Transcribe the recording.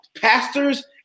pastors